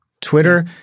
Twitter